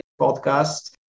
podcast